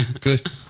Good